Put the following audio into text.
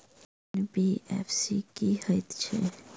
NBFC की हएत छै?